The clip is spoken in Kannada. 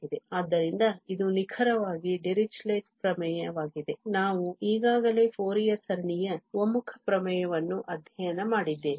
ಆದ್ದರಿಂದ ಇದು ನಿಖರವಾಗಿ ಡಿರಿಚ್ಲೆಟ್ನDirichlet's ಪ್ರಮೇಯವಾಗಿದೆ ನಾವು ಈಗಾಗಲೇ ಫೋರಿಯರ್ ಸರಣಿಯ ಒಮ್ಮುಖ ಪ್ರಮೇಯವನ್ನು ಅಧ್ಯಯನ ಮಾಡಿದ್ದೇವೆ